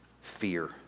fear